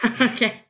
Okay